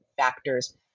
factors